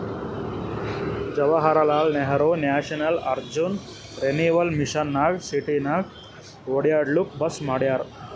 Jawaharlal Nehru national urban renewal mission ನಾಗ್ ಸಿಟಿನಾಗ್ ಒಡ್ಯಾಡ್ಲೂಕ್ ಬಸ್ ಮಾಡ್ಯಾರ್